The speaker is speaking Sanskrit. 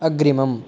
अग्रिमम्